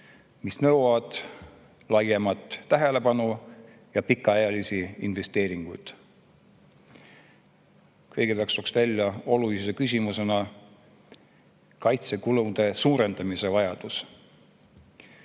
Need nõuavad laiemat tähelepanu ja pikaajalisi investeeringuid. Kõigepealt tooks välja olulise küsimusena kaitsekulutuste suurendamise vajaduse.